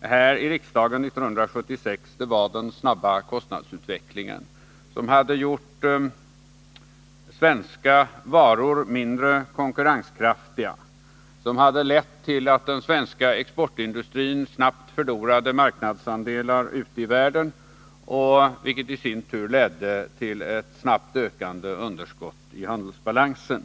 här i riksdagen 1976 var den snabba kostnadsutvecklingen som hade gjort svenska varor mindre konkurrenskraftiga, som hade lett till att den svenska exportindustrin snabbt förlorade marknadsandelar ute i världen, vilket i sin tur ledde till ett snabbt ökande underskott i handelsbalansen.